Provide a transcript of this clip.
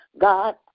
God